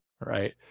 right